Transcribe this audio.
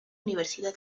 universidad